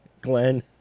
Glenn